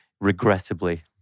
regrettably